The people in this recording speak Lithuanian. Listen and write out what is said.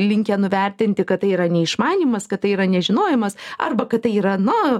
linkę nuvertinti kad tai yra neišmanymas kad tai yra nežinojimas arba kad tai yra na